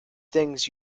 things